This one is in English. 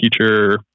teacher